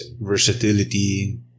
Versatility